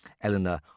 Eleanor